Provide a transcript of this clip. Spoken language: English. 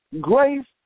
Grace